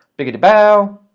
big-a-da-bow.